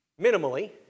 minimally